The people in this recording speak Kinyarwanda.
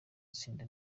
itsinda